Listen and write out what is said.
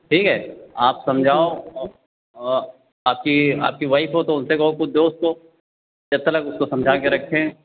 ठीक है आप समझाओ आपकी आपकी वाइफ़ हो तो उनसे कहो कुछ दो उसको जब तक उसको समझा कर रखे